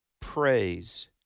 praise